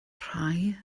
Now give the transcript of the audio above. rhai